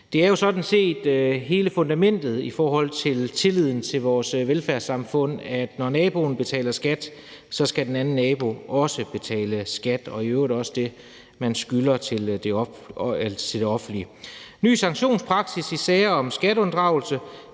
Det er jo sådan set hele fundamentet i forhold til tilliden til vores velfærdssamfund, altså at når den ene nabo betaler skat, skal den anden nabo også betale skat og i øvrigt også det, man skylder til det offentlige. Der er en ny sanktionspraksis i sager om skatteunddragelse,